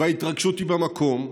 וההתרגשות היא במקום,